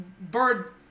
bird